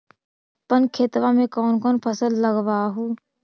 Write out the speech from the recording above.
अपन खेतबा मे कौन कौन फसल लगबा हू?